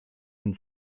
and